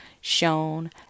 shown